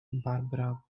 barbara